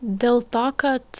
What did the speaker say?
dėl to kad